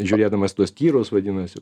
žiūrėdamas tuos tyrus vadinasi